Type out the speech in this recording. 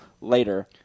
later